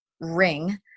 ring